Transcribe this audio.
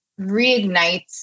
reignites